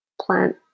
plant